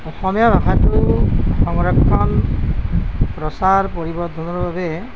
অসমীয়া ভাষাটো সংৰক্ষণ প্ৰচাৰ পৰিবৰ্ধনৰ বাবে